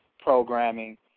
programming